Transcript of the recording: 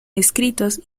escritos